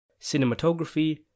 Cinematography